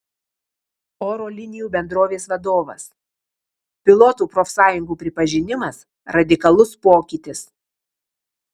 oro linijų bendrovės vadovas pilotų profsąjungų pripažinimas radikalus pokytis